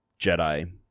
Jedi